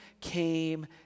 came